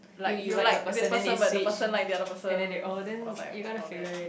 like you like this person but the person like the other person or like all that